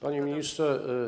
Panie Ministrze!